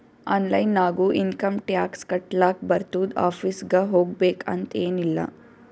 online ನಾಗು income tax ಕಟ್ಲಾಕ್ ಬರ್ತುದ್ ಆಫೀಸ್ಗ ಹೋಗ್ಬೇಕ್ ಅಂತ್ ಎನ್ ಇಲ್ಲ